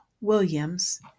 Williams